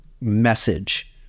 message